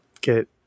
get